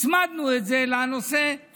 הצמדנו את זה לנושא,